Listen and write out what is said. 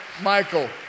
Michael